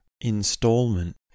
installment